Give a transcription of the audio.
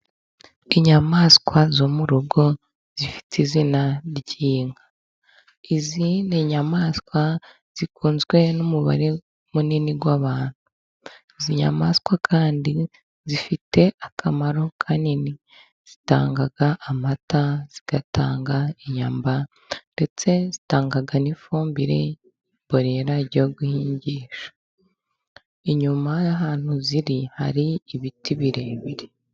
Inyamaswa zo mu rugo zifite izina ry'inka, izi ni nyamaswa zikunzwe n'umubare munini w'abantu iz nyamaswa kandi zifite akamaro kanini zitanga amata, zigatanga inyama ndetse zitanga n'ifumbiremborera yo guhingisha, inyuma y'ahantu ziri hari ibiti birebire.